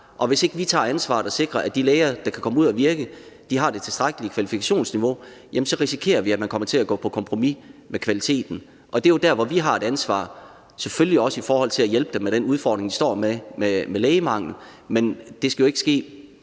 Og hvis vi ikke tager ansvar og sikrer, at de læger, der kan komme ud at virke, har det tilstrækkelige kvalifikationsniveau, så risikerer vi, at man kommer til at gå på kompromis med kvaliteten. Og det er jo der, hvor vi har et ansvar, selvfølgelig også i forhold til at hjælpe dem med at håndtere den udfordring med lægemangel, de står med. Men det skal jo ikke ske